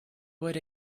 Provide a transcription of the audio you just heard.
would